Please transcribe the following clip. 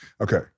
okay